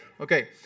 okay